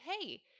hey